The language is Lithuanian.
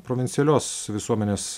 provincialios visuomenės